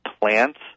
plants